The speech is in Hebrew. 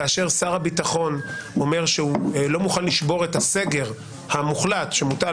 כאשר שר הביטחון אומר שהוא לא מוכן לשבור את הסגר המוחלט שמוטל